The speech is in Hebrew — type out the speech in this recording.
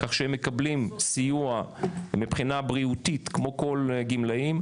כך שהם מקבלים סיוע מבחינה בריאותית כמו כל הגמלאים,